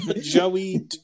Joey